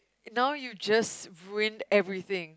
now you just win everything